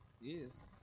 Yes